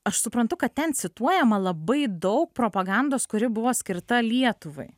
aš suprantu kad ten cituojama labai daug propagandos kuri buvo skirta lietuvai